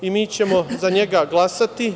Mi ćemo za njega glasati.